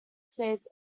states